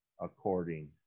according